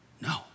No